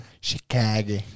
Chicago